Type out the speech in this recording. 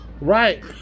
Right